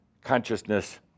consciousness